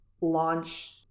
launch